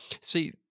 See